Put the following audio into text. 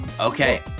Okay